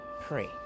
pray